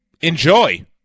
enjoy